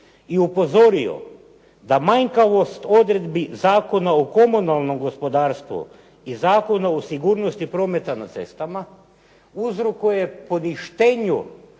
i upozorio da manjkavost odredbi Zakona o komunalnom gospodarstvu i Zakona o sigurnosti prometa na cestama uzrokuje poništenje